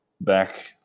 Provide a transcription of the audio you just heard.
back